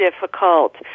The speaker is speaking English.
difficult